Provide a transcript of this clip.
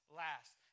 last